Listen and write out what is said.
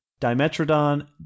Dimetrodon